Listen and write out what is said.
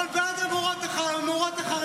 חבר הכנסת טופורובסקי.